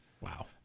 Wow